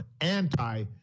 anti